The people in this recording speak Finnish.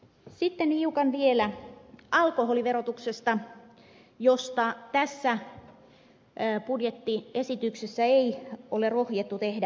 sitten hiukan vielä alkoholiverotuksesta josta tässä budjettiesityksessä ei ole rohjettu tehdä päätöstä